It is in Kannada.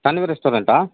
ಸಾನ್ವಿ ರೆಸ್ಟೊರೆಂಟಾ